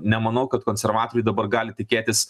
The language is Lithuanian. nemanau kad konservatoriai dabar gali tikėtis